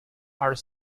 are